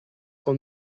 sans